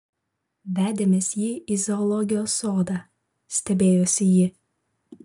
vedėmės jį į zoologijos sodą stebėjosi ji